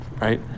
right